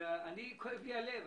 כואב לי הלב.